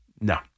no